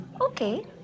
Okay